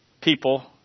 people